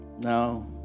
no